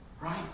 right